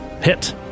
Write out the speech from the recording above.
hit